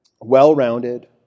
well-rounded